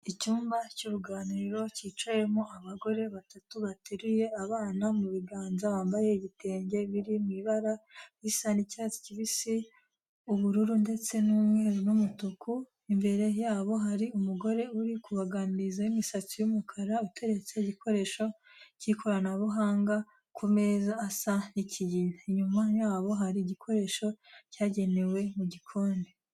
Icyumba cy'uruganiriro cyicayemo abagore batatu bateruye abana mu biganza bambaye ibitenge biri mu ibara risa n'icyatsi kibisi, ubururu ndetse n'umweru n'umutuku, imbere yabo hari umugore uri kubaganiriza w'imisatsi y'umukara uteretse igikoresho cy'ikoranabuhanga ku meza asa ikigina, inyuma yabo hari igikoresho cyagenewe mu gikoni.